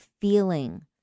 feeling